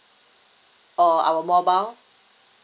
or our mobile